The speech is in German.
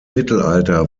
mittelalter